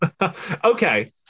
okay